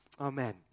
Amen